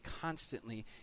constantly